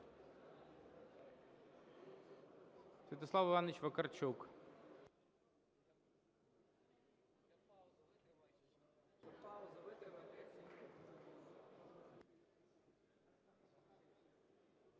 Святослав Іванович Вакарчук.